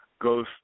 goes